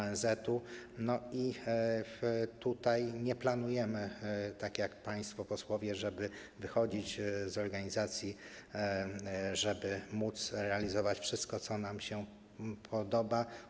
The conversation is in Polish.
I tutaj nie planujemy, tak jak państwo posłowie, żeby wychodzić z organizacji, żeby móc realizować wszystko, co nam się podoba.